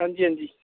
हां जी हा जी